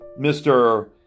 Mr